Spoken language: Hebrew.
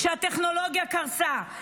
כשהטכנולוגיה קרסה,